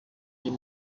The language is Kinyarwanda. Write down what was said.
ryo